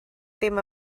ddim